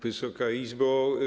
Wysoka Izbo!